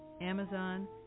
Amazon